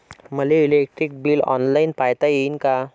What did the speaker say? मले electric bill online पायता येईन का?